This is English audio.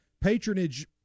patronage